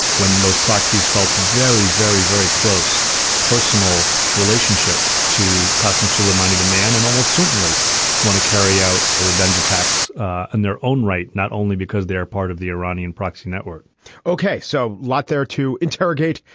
when those proxies felt very, very, very close personal relationships to custom, suleimani, the man and almost certainly want to carry out a revenge attacks in and their own right, not only because they are part of the iranian proxy network ok. so lots there to interrogate.